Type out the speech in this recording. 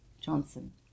Johnson